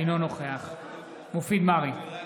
אינו נוכח מופיד מרעי,